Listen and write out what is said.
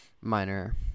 minor